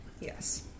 Yes